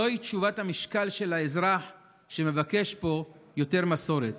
זוהי תשובת המשקל של האזרח שמבקש פה יותר מסורת.